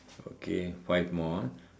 okay five more ah